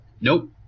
Nope